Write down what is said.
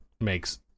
makes